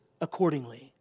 Accordingly